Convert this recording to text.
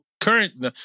current